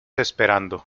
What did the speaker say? esperando